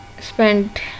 spent